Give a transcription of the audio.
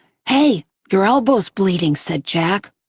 hey, your elbow's bleeding, said jack.